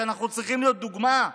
שאנחנו צריכים להיות דוגמה,